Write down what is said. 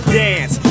dance